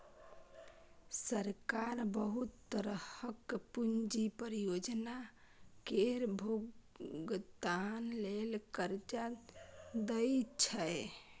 सरकार बहुत तरहक पूंजी परियोजना केर भोगतान लेल कर्जा दइ छै